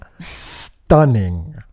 stunning